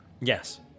Yes